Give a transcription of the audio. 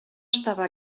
estava